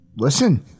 Listen